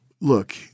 look